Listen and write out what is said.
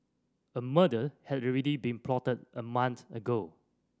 a murder had already been plotted a month ago